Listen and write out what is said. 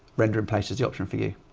render in place is the option for you.